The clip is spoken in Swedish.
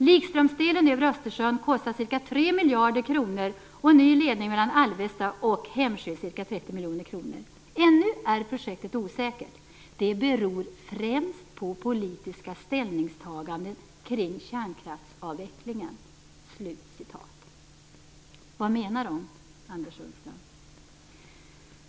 Likströmsdelen över Östersjön kostar ca 3 miljarder kronor och ny ledning mellan Alvesta och Hemsjö ca 30 miljoner kronor. Ännu är projektet osäkert. Det beror främst på politiska ställningstaganden kring kärnkraftsavvecklingen." Vad menar de, Anders Sundström?